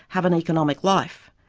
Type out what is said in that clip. have an economic life,